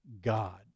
God